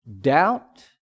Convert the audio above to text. doubt